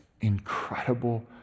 incredible